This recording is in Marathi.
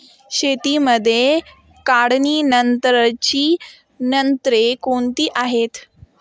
शेतीमध्ये काढणीनंतरची तंत्रे कोणती आहेत?